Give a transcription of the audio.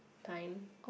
time